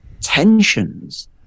tensions